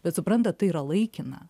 bet suprantat tai yra laikina